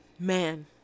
Man